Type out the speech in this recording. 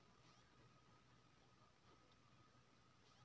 संकर बीज के अर्थ की हैय?